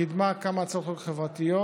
קידמה כמה הצעות חוק חברתיות,